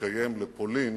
שנקיים לפולין